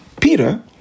Peter